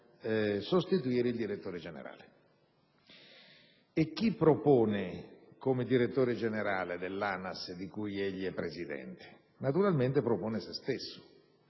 sostituire il direttore generale. E chi propone come direttore generale dell'ANAS, di cui è presidente? Naturalmente, propone se stesso